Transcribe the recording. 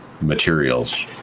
materials